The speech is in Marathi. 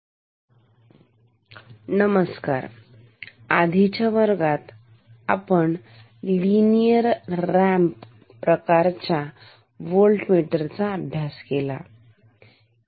dual slope digital volt meter 1 नमस्कार आधीच्या वर्गात आपण लिनअर रॅम्प प्रकारच्या होल्टमीटरचा अभ्यास केला